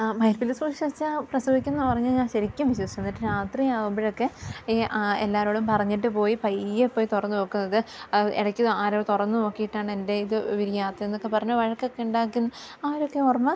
ആ മയിൽപ്പീലി സൂക്ഷിച്ചു വെച്ചാൽ പ്രസവിക്കുമെന്നു പറഞ്ഞ് ഞാൻ ശരിക്കും വിശ്വസിച്ചു എന്നിട്ട് രാത്രി ആകുമ്പോഴൊക്കെ ഈ ആ എല്ലാവരോടും പറഞ്ഞിട്ട് പോയി പയ്യെ പോയി തുറന്നു നോക്കുന്നത് ഇടക്കിത് ആരോ തുറന്നു നോക്കിയിട്ടാണെൻ്റെ ഇത് വിരിയാത്തതെന്നൊക്കെ പറഞ്ഞ് വഴക്ക് ഉണ്ടാക്കുന്നത് ആരൊക്കെ ഓർമ്മ